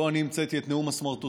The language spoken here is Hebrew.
לא אני המצאתי את נאום הסמרטוטים,